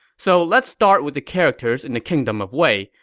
so let's start with the characters in the kingdom of wei,